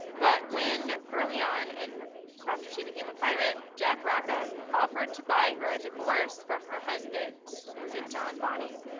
but when early on in her after she became a pirate, jack rackham offered to buy her a divorce from her husband was it john bonny?